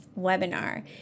webinar